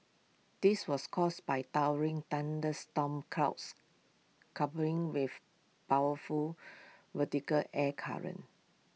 this was caused by towering thunderstorm clouds coupling with powerful vertical air currents